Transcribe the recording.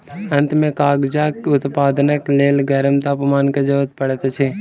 अंत में कागजक उत्पादनक लेल गरम तापमान के जरूरत पड़ैत अछि